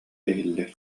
иһиллэр